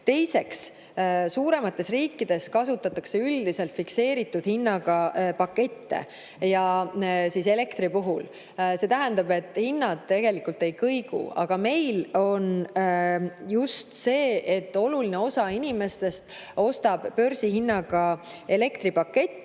Teiseks, suuremates riikides kasutatakse üldiselt fikseeritud hinnaga elektripakette. See tähendab, et hinnad ei kõigu. Aga meil on just see, et oluline osa inimestest ostab börsihinnaga elektripakette